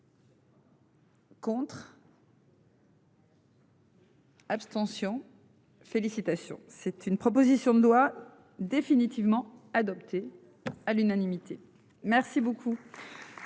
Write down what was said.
pour. Abstentions, félicitations. C'est une proposition de loi définitivement adoptée. À l'unanimité. Merci beaucoup.